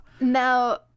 Now